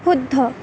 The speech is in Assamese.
শুদ্ধ